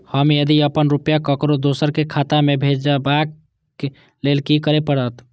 हम यदि अपन रुपया ककरो दोसर के खाता में भेजबाक लेल कि करै परत?